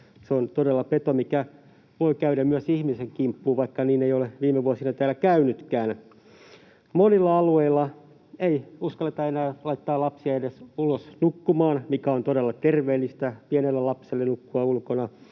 Se on todella peto, mikä voi käydä myös ihmisen kimppuun, vaikka niin ei ole viime vuosina täällä käynytkään. Monilla alueilla ei uskalleta enää laittaa lapsia edes ulos nukkumaan, mikä on todella terveellistä pienelle lapselle, nukkuminen ulkona.